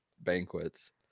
banquets